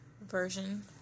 version